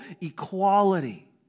equality